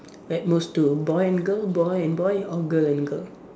at most two boy and girl boy and boy or girl and girl